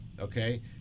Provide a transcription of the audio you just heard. Okay